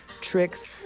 tricks